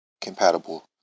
compatible